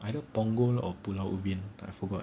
either punggol or pulau ubin I forgot